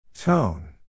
Tone